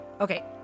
Okay